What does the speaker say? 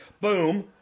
boom